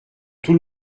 tout